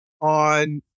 on